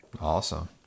Awesome